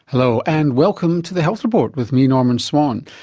hello and welcome to the health report with me, norman swan.